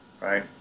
right